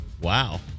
Wow